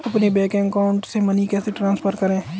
अपने bank account से money कैसे ट्रांसफर करें?